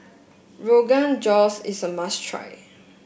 Rogan Josh is a must try